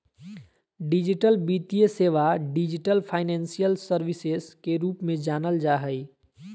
digital वित्तीय सेवा, digital financial services के रूप में जानल जा हइ